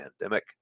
pandemic